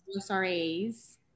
USRAs